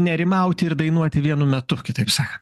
nerimauti ir dainuoti vienu metu kitaip sakant